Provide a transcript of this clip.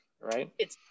right